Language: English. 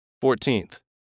Fourteenth